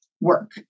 work